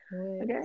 Okay